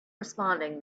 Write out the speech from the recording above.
responding